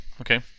okay